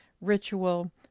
ritual